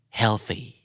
healthy